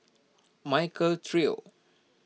Michael Trio